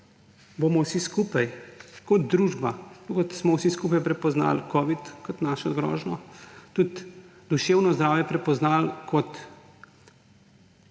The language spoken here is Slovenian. bomo vsi skupaj kot družba, kot smo vsi skupaj prepoznali covid kot našo grožnjo, tudi duševno zdravje prepoznali kot